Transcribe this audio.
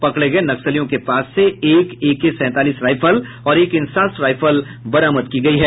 पकड़े गये नक्सलियों के पास से एक एके सैंतालीस राइफल और एक इंसास राइफल बरामद की गयी है